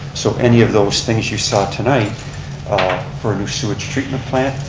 so any of those things you saw tonight for new sewage treatment plant,